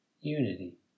unity